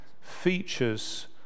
features